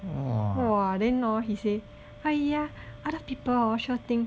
!wah! then hor he say !aiya! other people hor sure think